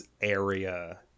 area